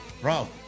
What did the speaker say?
Bro